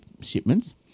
shipments